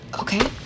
okay